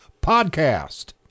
Podcast